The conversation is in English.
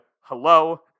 hello